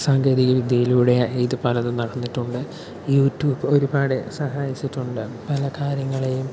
സാങ്കേതികവിദ്യയിലൂടെ ഇത് പലതും നടന്നിട്ടുണ്ട് യൂട്യൂബ് ഒരുപാട് സഹായിച്ചിട്ടുണ്ട് പല കാര്യങ്ങളെയും